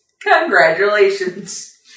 Congratulations